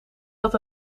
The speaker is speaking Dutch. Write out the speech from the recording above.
dat